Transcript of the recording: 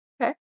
Okay